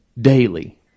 daily